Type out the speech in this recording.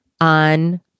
on